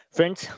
Friends